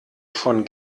von